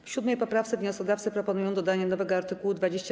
W 7. poprawce wnioskodawcy proponują dodanie nowego art. 29a.